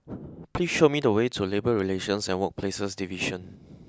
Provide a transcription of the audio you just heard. please show me the way to Labour Relations and Workplaces Division